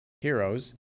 heroes